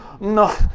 No